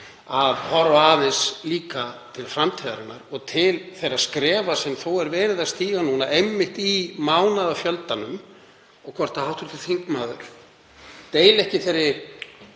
að horfa aðeins líka til framtíðarinnar og til þeirra skrefa sem þó er verið að stíga núna, einmitt í mánaðafjöldanum. Ég spyr hvort hv. þingmaður deili ekki þeirri